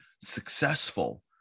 successful